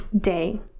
Day